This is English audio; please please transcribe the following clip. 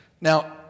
Now